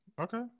okay